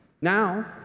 Now